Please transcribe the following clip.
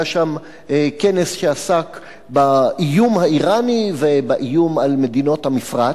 היה שם כנס שעסק באיום האירני ובאיום על מדינות המפרץ,